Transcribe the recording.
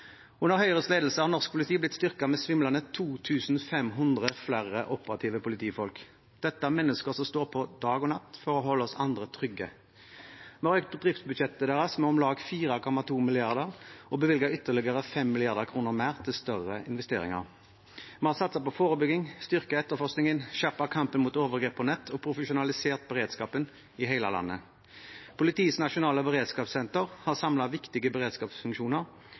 Under Høyres ledelse har norsk politi blitt styrket med svimlende 2 500 flere operative politifolk. Dette er mennesker som står på dag og natt for å holde oss andre trygge. Vi har økt driftsbudsjettet deres med om lag 4,2 mrd. kr og bevilget ytterligere 5 mrd. kr til større investeringer. Vi har satset på forebygging, styrket etterforskningen, skjerpet kampen mot overgrep på nett og profesjonalisert beredskapen i hele landet. Politiets nasjonale beredskapssenter har samlet viktige beredskapsfunksjoner